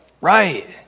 right